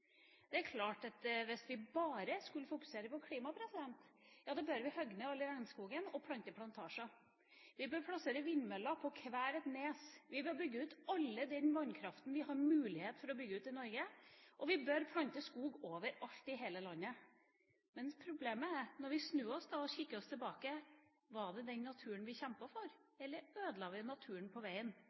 Det er klart at hvis vi bare skal fokusere på klima, bør vi hogge ned all regnskogen og plante plantasjer. Vi bør plassere vindmøller på hvert et nes, vi bør bygge ut all den vannkraften vi har mulighet for å bygge ut i Norge, og vi bør plante skog overalt i hele landet. Men problemet er, når vi da snur oss og ser oss tilbake: Var det den naturen vi kjempet for, eller ødela vi naturen på veien?